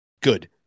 good